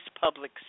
public